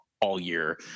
all-year